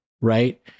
right